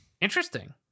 Interesting